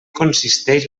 consisteix